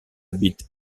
habite